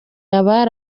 abari